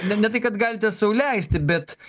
ne ne tai kad galite sau leisti bet